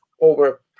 over